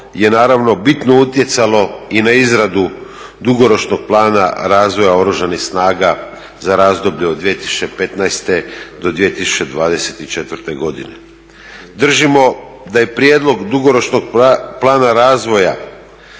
je naravno bitno utjecalo i na izradu Dugoročnog plana razvoja Oružanih snaga za razdoblje od 2015. do 2024. godine. Držimo da je prijedlog dugoročnog plana realan